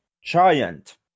giant